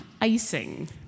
icing